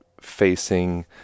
facing